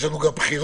יש לנו גם בחירות.